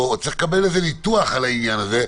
או צריך לקבל ניתוח על העניין הזה,